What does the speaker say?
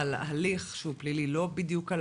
על הליך שהוא פלילי, לא בדיוק על